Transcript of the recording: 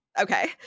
Okay